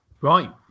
Right